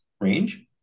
range